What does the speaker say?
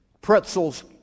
pretzels